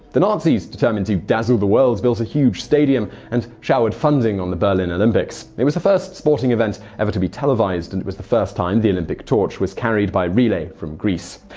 the nazis, determined to dazzle the world, built a huge stadium and showered funding on the berlin olympics. it was the first sporting event ever to be televised, and it was the first time the olympic torch was carried by relay from greece.